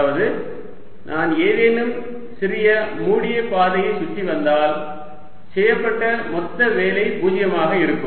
அதாவது நான் ஏதேனும் சிறிய மூடிய பாதையைச் சுற்றி வந்தால் செய்யப்பட்ட மொத்த வேலை பூஜ்ஜியமாக இருக்கும்